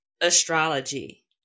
astrology